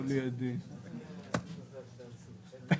באופן חד-צדדי הופר ההסכם.